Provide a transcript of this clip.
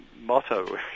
motto